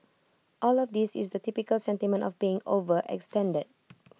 all of this is the typical sentiment of being overextended